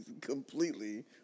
completely